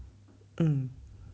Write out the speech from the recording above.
mm